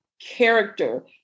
character